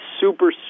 super